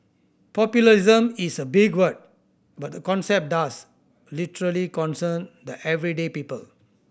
populism is a big word but the concept does literally concern the everyday people